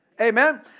amen